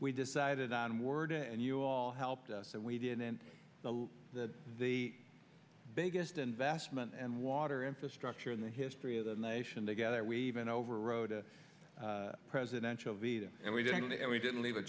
we decided on ward and you all helped so we did and that the biggest investment and water infrastructure in the history of the nation together we even overrode a presidential veto and we didn't and we didn't leave a